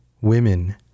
Women